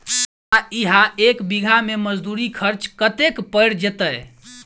आ इहा एक बीघा मे मजदूरी खर्च कतेक पएर जेतय?